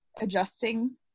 adjusting